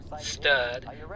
Stud